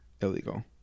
illegal